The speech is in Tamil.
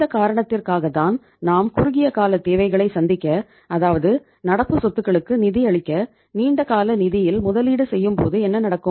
இந்த காரணத்திற்காக தான் நாம் குறுகியகால தேவைகளை சந்திக்க அதாவது நடப்பு சொத்துகளுக்கு நிதி அளிக்க நீண்டகால நிதியில் முதலீடு செய்யும்போது என்ன நடக்கும்